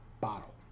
bottle